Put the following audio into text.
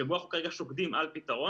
שבו אנחנו כרגע שוקדים על פתרון.